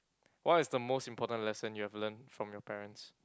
what is the most important lesson you have learnt from your parents